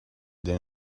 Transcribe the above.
then